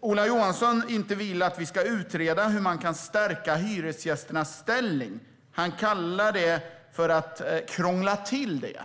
Ola Johansson vill inte att vi ska utreda hur man kan stärka hyresgästernas ställning. Han kallar detta för att krångla till det.